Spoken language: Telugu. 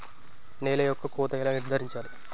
నేల యొక్క కోత ఎలా నిర్ధారించాలి?